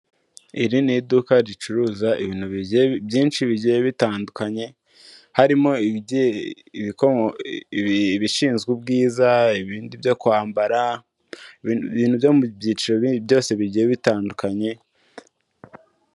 Iri ni iduka ricuruza ibintu byinshi bigiye bitandukanye, harimo ibishinzwe ubwiza, ibindi byo kwambara, ibintu byo mu byiciro byose bigiye bitandukanye.